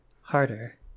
harder